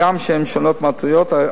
הגם שהן שונות מהותית,